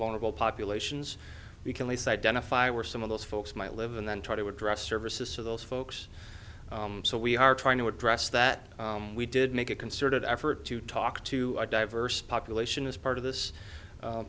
vulnerable populations we can least identify where some of those folks might live and then try to address services to those folks so we are trying to address that we did make a concerted effort to talk to a diverse population as part of this